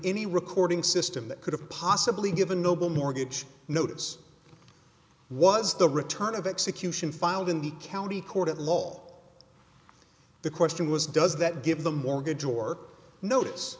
any recording system that could have possibly given noble mortgage notice was the return of execution filed in the county court of law the question was does that give the mortgage or notice